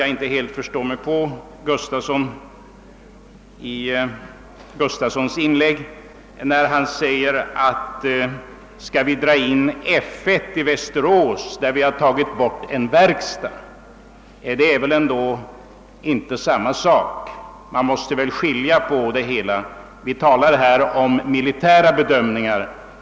Jag förstår inte herr Gustafsson i Uddevalla när han säger: Skall vi dra in F1 i Västerås, där vi har tagit bort en verkstad? Det är väl ändå inte det saken gäller. Vi talar här om militära bedömningar.